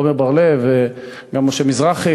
עמר בר-לב וגם משה מזרחי,